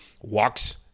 walks